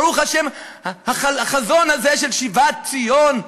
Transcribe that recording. ברוך השם, החזון הזה של שיבת ציון,